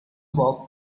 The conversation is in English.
bob